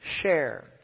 share